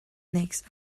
next